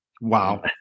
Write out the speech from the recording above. Wow